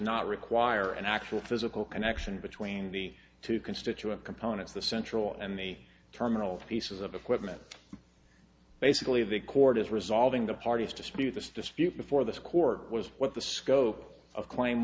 not require an actual physical connection between the two constituent components the central and the terminal pieces of equipment basically the court is resolving the parties dispute this dispute before this court was what the scope of claim